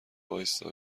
وایستا